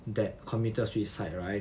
that committed suicide right